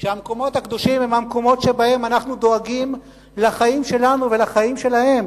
שהמקומות הקדושים הם המקומות שבהם אנחנו דואגים לחיים שלנו ולחיים שלהם,